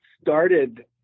started